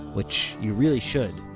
which you really should,